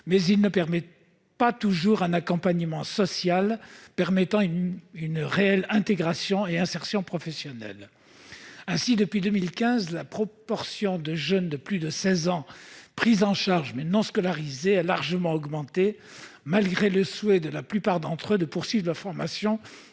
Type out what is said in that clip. mais il ne permet pas toujours un accompagnement social débouchant sur une réelle intégration et insertion professionnelle. Ainsi, depuis 2015, la proportion de jeunes de plus de 16 ans pris en charge mais non scolarisés a largement augmenté, malgré le souhait de la plupart d'entre eux de poursuivre leur formation